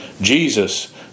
Jesus